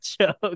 joke